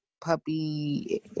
Puppy